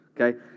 Okay